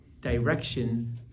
direction